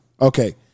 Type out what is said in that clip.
okay